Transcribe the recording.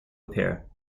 appear